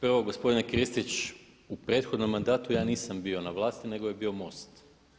Prvo gospodine Kristić u prethodnom mandatu ja nisam bio na vlasti nego je bio MOST.